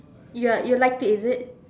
ya you liked it is it